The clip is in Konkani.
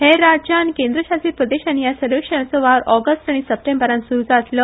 हेर राज्या आनी केंद्रशासीत प्रदेशानी ह्या सर्वेक्षणाचो वावर ऑगस्ट आनी सप्टेंबरात सुरु जातलो